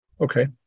Okay